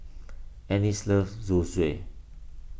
Annis loves Zosui